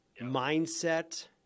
mindset